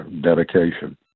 dedication